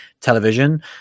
television